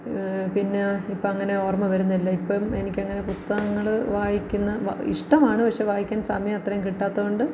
പിന്നെ ഇപ്പം അങ്ങനെ ഓർമ്മ വരുന്നില്ല ഇപ്പം എനിക്കങ്ങനെ പുസ്തകങ്ങൾ വായിക്കുന്ന വ ഇഷ്ടമാണ് പക്ഷേ വായിക്കാൻ സമയവത്രേം കിട്ടാത്തോണ്ട്